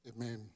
Amen